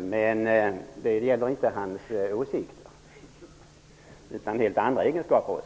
men det gäller inte hans åsikter utan hans personliga egenskaper.